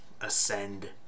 ascend